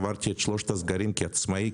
עברתי את שלושת הסגרים כעצמאי,